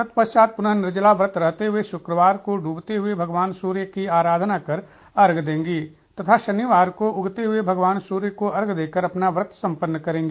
ततपश्चात पुनः निर्जला व्रत रहते हुए शुक्रवार को डूबते हुए भगवान सूर्य की आराधना कर अघ्य देंगी तथा शनिवार को उगते हुए भगवान सूर्य को अर्घ्य दे कर अपना व्रत सम्पन्न करेंगी